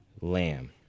lamb